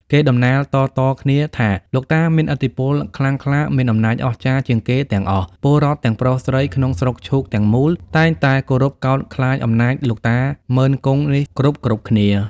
គេតំណាលតៗគ្នាថា លោកតាមានឥទ្ធិពលខ្លាំងក្លា មានអំណាចអស្ចារ្យជាងគេទាំងអស់ ពលរដ្ឋទាំងប្រុស-ស្រីក្នុងស្រុកឈូកទាំងមូល តែងតែគោរពកោតខ្លាចអំណាចលោកតាម៉ឺន-គង់នេះ គ្រប់ៗគ្នា។